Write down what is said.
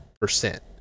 percent